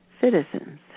citizens